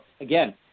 Again